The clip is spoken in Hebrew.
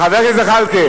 חבר הכנסת זחאלקה.